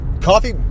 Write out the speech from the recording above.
coffee